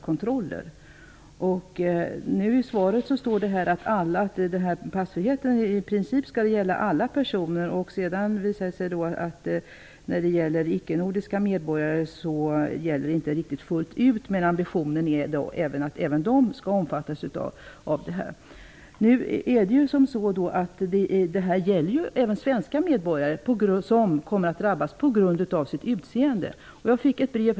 Statsrådet sade i sitt svar att passfriheten skall i princip gälla alla personer. Detta gäller inte fullt ut för icke-nordiska medborgare, men ambitionen är att även de skall omfattas av passfriheten. Men även svenska medborgare kommer att på grund av sitt utseende att drabbas av denna kontroll.